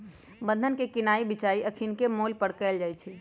बन्धन के किनाइ बेचाई अखनीके मोल पर कएल जाइ छइ